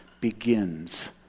begins